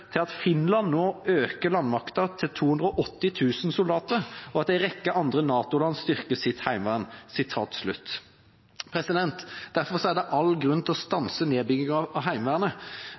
til at Finland no aukar landmakta til 280 000 soldatar, og at ei rekkje andre NATO-land styrkjer sitt heimevern.» Derfor er det all grunn til å stanse nedbyggingen av